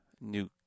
new